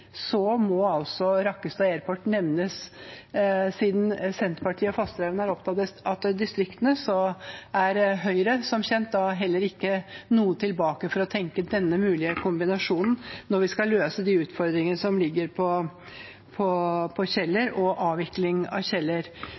Rakkestad Airport nevnes i denne debatten. Senterpartiet og Fasteraune er opptatt av distriktene, men Høyre står som kjent heller ikke noe tilbake for å tenke denne mulige kombinasjonen når vi skal løse de utfordringene som er ved avvikling av Kjeller.